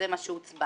זה מה שהוצבע.